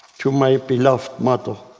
to my beloved mother,